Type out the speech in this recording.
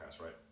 right